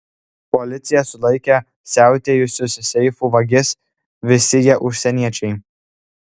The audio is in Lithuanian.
policija sulaikė siautėjusius seifų vagis visi jie užsieniečiai